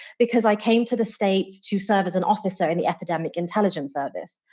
because i came to the states to serve as an officer in the epidemic intelligence service.